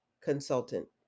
consultant